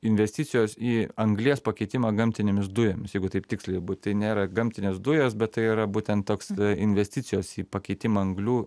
investicijos į anglies pakeitimą gamtinėmis dujomis jeigu taip tiksliai tai nėra gamtinės dujos bet tai yra būtent toks investicijos į pakeitimą anglių